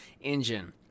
engine